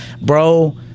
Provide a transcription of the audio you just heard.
bro